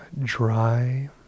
dry